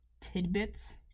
tidbits